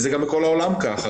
זה גם בכל העולם כך.